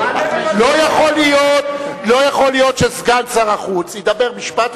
לא יכול להיות שסגן שר החוץ ידבר משפט,